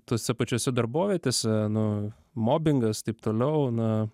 tose pačiose darbovietėse nu mobingas taip toliau na